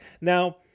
now